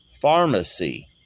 pharmacy